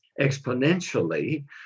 exponentially